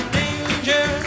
danger